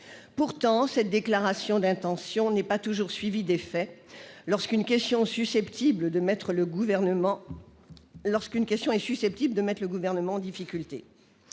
Pourtant, cette déclaration d'intention n'est pas toujours suivie d'effet lorsqu'une question est susceptible de mettre le Gouvernement en difficulté.